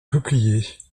peupliers